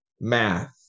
math